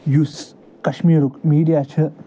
یُس کَشمیٖرُک میٖڈِیا چھِ